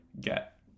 get